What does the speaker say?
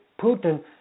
Putin